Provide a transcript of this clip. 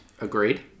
Agreed